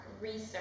research